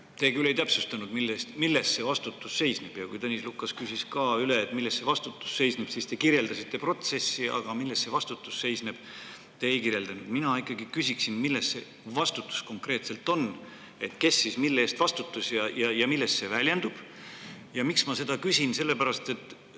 Te küll ei täpsustanud, milles see vastutus seisneb. Ja kui Tõnis Lukas küsis üle, milles see vastutus seisneb, siis te kirjeldasite protsessi, aga milles see vastutus seisneb, te ei kirjeldanud. Mina ikkagi küsiksin, milline see vastutus konkreetselt on. Kes siis mille eest vastutas ja milles see väljendub? Ja miks ma seda küsin? Sellepärast et